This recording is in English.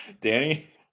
Danny